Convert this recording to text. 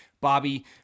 Bobby